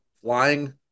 flying